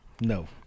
No